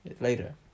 later